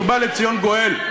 ובא לציון גואל.